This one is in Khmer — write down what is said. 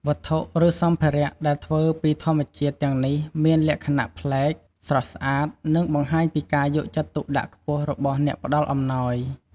វត្ថុ ឬសម្ភារៈដែលធ្វើពីធម្មជាតិទាំងនេះមានលក្ខណៈប្លែក ស្រស់ស្អាត និងបង្ហាញពីការយកចិត្តទុកដាក់ខ្ពស់របស់អ្នកផ្តល់អំណោយ។